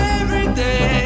everyday